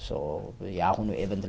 so the